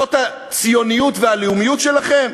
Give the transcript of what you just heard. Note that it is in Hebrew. זאת הציונות, והלאומיות, שלכם?